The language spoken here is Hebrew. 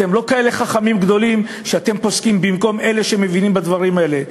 אתם לא כאלה חכמים גדולים שאתם פוסקים במקום אלה שמבינים בדברים האלה.